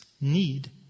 need